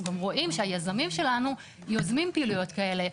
אנחנו רואים שהיזמים שלנו יוזמים פעילויות כאלה.